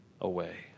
away